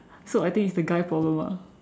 so I think it's the guy problem ah